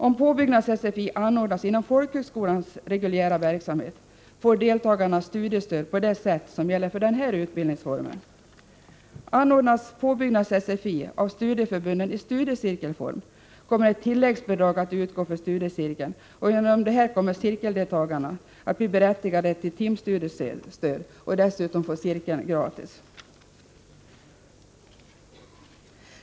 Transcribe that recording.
Om påbyggnads-SFI anordnas inom folkhögskolans reguljära verksamhet får deltagarna studiestöd på det sätt som gäller för denna utbildningsform. Anordnas påbyggnads-SFI av studieförbunden i studiecirkelform, kommer ett tilläggsbidrag att utgå för studiecirkeln, och genom detta kommer cirkeldeltagarna att bli berättigade till timstudiestöd och dessutom få cirkeln gratis.